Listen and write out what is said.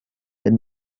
did